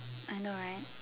I know right